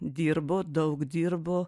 dirbo daug dirbo